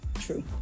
true